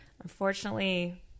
Unfortunately